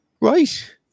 Right